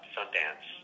Sundance